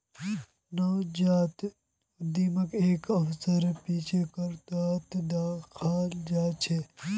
नवजात उद्यमीक एक अवसरेर पीछा करतोत दखाल जबा सके छै